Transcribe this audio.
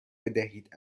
بدهید